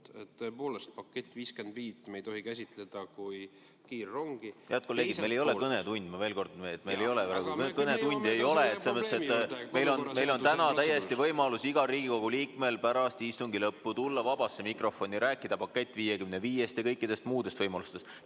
Tõepoolest, "Paketti 55" me ei tohi käsitleda kui kiirrongi.